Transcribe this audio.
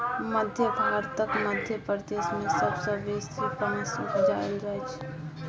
मध्य भारतक मध्य प्रदेश मे सबसँ बेसी बाँस उपजाएल जाइ छै